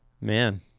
Man